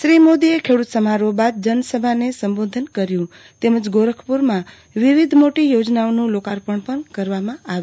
શ્રી મોદીએ ખેડુત સમારોફ બાદ જનસભાને સંબોધન કર્યુ તેમજ ગોરખપુરમાં વિવિધ મોટી યોજનાઓનું લોકાર્પણ પણ કરવામાં આવ્યું